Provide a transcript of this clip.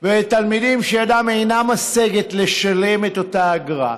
ובתלמידים שידם אינה משגת לשלם את אותה אגרה,